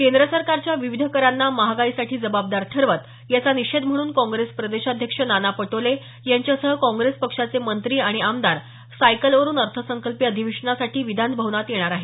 केंद्र सरकारच्या विविध करांना महागाईसाठी जबाबदार ठरवत याचा निषेध म्हणून काँग्रेस प्रदेशाध्यक्ष नाना पटोले यांच्यासह काँग्रेस पक्षाचे मंत्री आणि आमदार सायकलवरून अर्थसंकल्पीय अधिवेशनासाठी विधानभवनात येणार आहेत